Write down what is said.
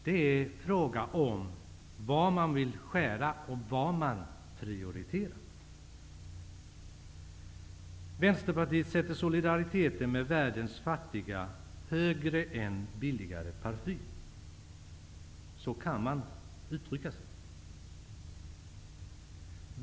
Det är en fråga om vad man vill skära ner på och vad man prioriterar. Vänsterpartiet sätter solidariteten med världens fattiga högre än billigare parfym -- så kan man uttrycka sig.